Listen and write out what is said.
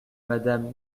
madame